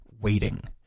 waiting